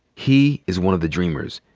he is one of the dreamers.